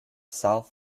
south